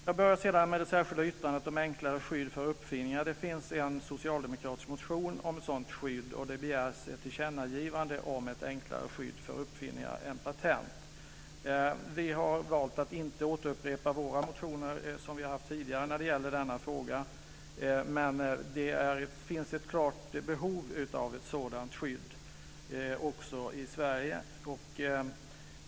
Jag börjar sedan med det särskilt yttrandet om enklare skydd för uppfinningar. Det finns en socialdemokratisk motion om ett sådant skydd, och det begärs ett tillkännagivande om ett enklare skydd för uppfinningar än patent. Vi har valt att inte återupprepa de motioner som vi har haft tidigare när det gäller denna fråga. Men det finns ett klart behov av ett sådant skydd också i Sverige.